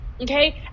okay